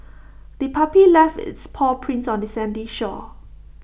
the puppy left its paw prints on the sandy shore